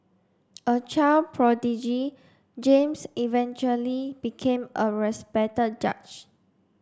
a child prodigy James eventually became a respected judge